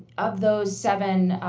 of those seven